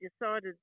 decided